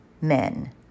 men